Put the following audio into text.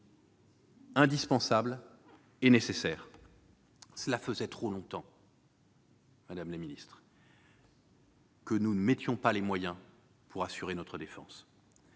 indispensable et nécessaire. Cela faisait trop longtemps, madame la ministre, que nous n'accordions pas les moyens nécessaires à notre défense.